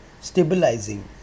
stabilizing